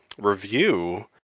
review